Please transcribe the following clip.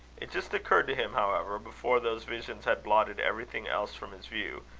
it just occurred to him, however, before those visions had blotted everything else from his view,